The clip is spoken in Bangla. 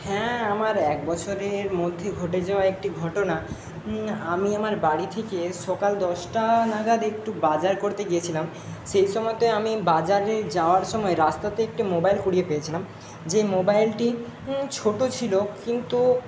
হ্যাঁ আমার এক বছরের মধ্যে ঘটে যাওয়া একটি ঘটনা আমি আমার বাড়ি থেকে সকাল দশটা নাগাদ একটু বাজার করতে গিয়েছিলাম সেই সময়তে আমি বাজারে যাওয়ার সময় রাস্তাতে একটি মোবাইল কুড়িয়ে পেয়েছিলাম যে মোবাইলটি ছোটো ছিলো কিন্তু